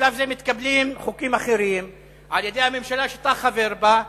בשלב זה מתקבלים חוקים אחרים על-ידי הממשלה שאתה חבר בה,